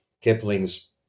Kipling's